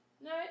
No